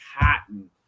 cotton